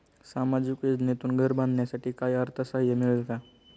सामाजिक योजनेतून घर बांधण्यासाठी काही अर्थसहाय्य मिळेल का?